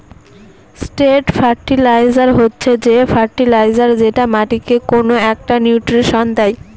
straight fertiliser হচ্ছে যে fertiliser যেটা মাটিকে কোনো একটা নিউট্রিশন দেয়